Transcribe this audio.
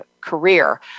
career